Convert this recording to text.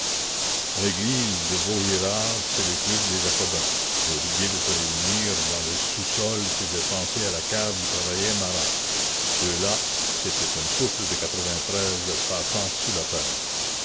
l'église de vaugirard c'est le club des jacobins leur idée de se réunir dans le sous-sol faisait penser à la cave où travaillait marat ceux-là c'était un souffle de passant sous la terre